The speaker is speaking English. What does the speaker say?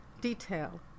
detail